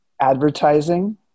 advertising